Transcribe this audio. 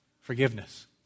Forgiveness